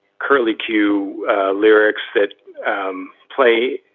curly q lyrics that um play